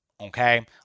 okay